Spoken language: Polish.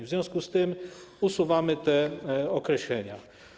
W związku z tym usuwamy te określenia.